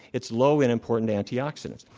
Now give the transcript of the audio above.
it's low in important antioxidants.